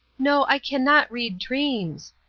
no, i cannot read dreams.